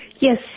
Yes